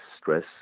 stress